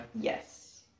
Yes